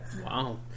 wow